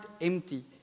empty